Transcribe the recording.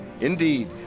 Indeed